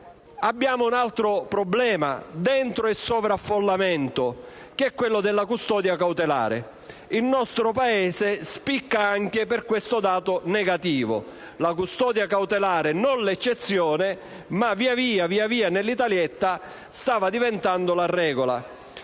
anche un altro problema nell'ambito del sovraffollamento, quello della custodia cautelare. Il nostro Paese spicca anche per questo dato negativo: la custodia cautelare non era l'eccezione, ma via via nell'italietta stava diventando la regola.